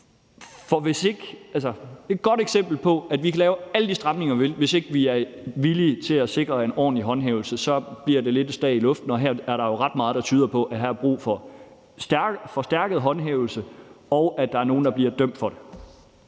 selv. Det er et godt eksempel på, at vi kan lave alle de stramninger, vi vil, men at hvis vi ikke er villige til at sikre en ordentlig håndhævelse, bliver det lidt et slag i luften, og her er der jo ret meget, der tyder på, at der er brug for forstærket håndhævelse, og at der er nogen, der bliver dømt for det.